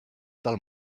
del